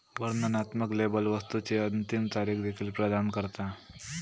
वर्णनात्मक लेबल वस्तुची अंतिम तारीख देखील प्रदान करता